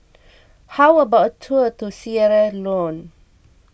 how about a tour to Sierra Leone